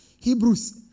Hebrews